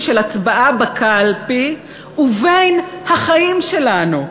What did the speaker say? של הצבעה בקלפי ובין החיים שלנו,